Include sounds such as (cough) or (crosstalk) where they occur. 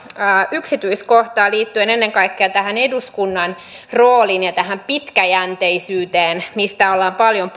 yksityiskohtaa liittyen ennen kaikkea tähän eduskunnan rooliin ja tähän pitkäjänteisyyteen mistä on paljon (unintelligible)